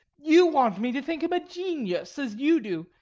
you want me to think him a genius, as you do,